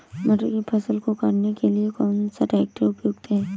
मटर की फसल को काटने के लिए कौन सा ट्रैक्टर उपयुक्त है?